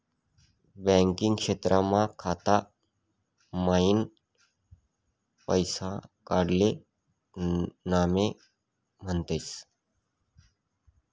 banking क्षेत्रमा खाता मईन पैसा काडाले नामे म्हनतस